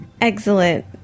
excellent